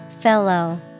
Fellow